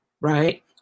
Right